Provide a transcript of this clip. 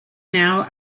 now